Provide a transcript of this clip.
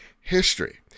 history